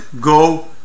go